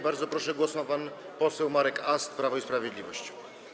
Bardzo proszę, głos ma pan poseł Marek Ast, Prawo i Sprawiedliwość.